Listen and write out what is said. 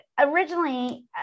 originally